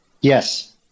Yes